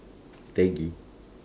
peggy